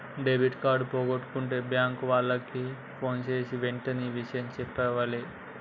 debit card పోగొట్టుకుంటే bank వాళ్లకి ఫోన్జేసి వెంటనే ఇషయం జెప్పాలే